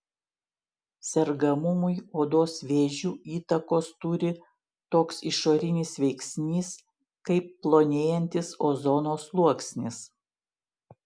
sergamumui odos vėžiu įtakos turi toks išorinis veiksnys kaip plonėjantis ozono sluoksnis